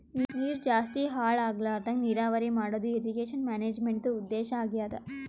ನೀರ್ ಜಾಸ್ತಿ ಹಾಳ್ ಆಗ್ಲರದಂಗ್ ನೀರಾವರಿ ಮಾಡದು ಇರ್ರೀಗೇಷನ್ ಮ್ಯಾನೇಜ್ಮೆಂಟ್ದು ಉದ್ದೇಶ್ ಆಗ್ಯಾದ